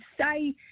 say